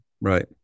Right